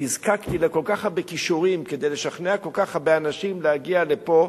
נזקקתי לכל כך הרבה כישורים כדי לשכנע כל כך הרבה אנשים להגיע לפה,